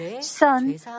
Son